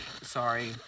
sorry